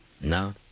No